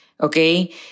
okay